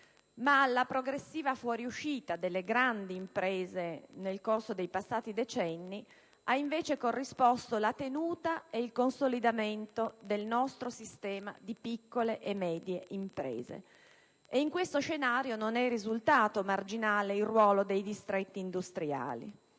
alla progressiva fuoriuscita delle grandi imprese nel corso dei passati decenni ha invece corrisposto la tenuta ed il consolidamento del sistema di piccole e medie imprese. In tale scenario non è risultato marginale il ruolo dei distretti industriali.